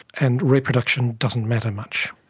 and reproduction doesn't matter much.